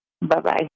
Bye-bye